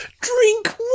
Drink